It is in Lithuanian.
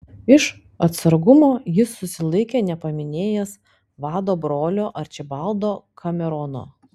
iš atsargumo jis susilaikė nepaminėjęs vado brolio arčibaldo kamerono